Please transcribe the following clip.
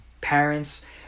parents